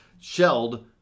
shelled